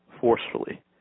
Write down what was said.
forcefully